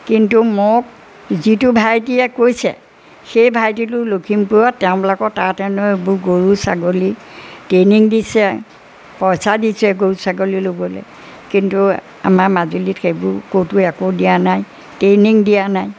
কিন্তু মোক যিটো ভাইটিয়ে কৈছে সেই ভাইটিটো লখিমপুৰত তেওঁবিলাকৰ তাত হেনো এইবোৰ গৰু ছাগলী ট্ৰেইনিং দিছে পইচা দিছে গৰু ছাগলী ল'বলৈ কিন্তু আমাৰ মাজুলীত সেইবোৰ ক'তো একো দিয়া নাই ট্ৰেইনিং দিয়া নাই